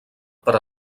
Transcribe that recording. per